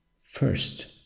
first